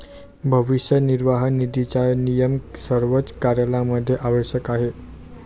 भविष्य निर्वाह निधीचा नियम सर्वच कार्यालयांमध्ये आवश्यक आहे